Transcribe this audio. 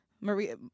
maria